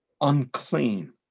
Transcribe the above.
Unclean